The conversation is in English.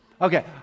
Okay